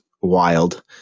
wild